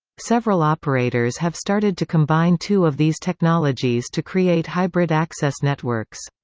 several operators have started to combine two of these technologies to create hybrid access networks.